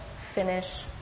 finish